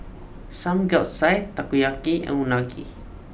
Samgeyopsal Takoyaki and Unagi